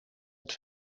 het